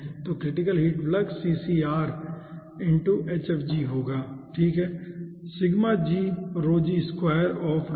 तो critical heat flux होगा ठीक है